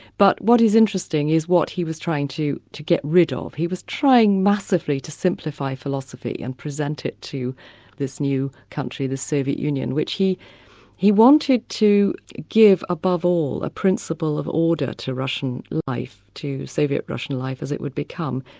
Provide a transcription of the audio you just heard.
but what is interesting is what he was trying to to get rid of. he was trying massively to simplify philosophy and present it to this new country, the soviet union, which he he wanted to give above all, a principle of order to russian life, to soviet russian life as it would become.